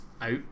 out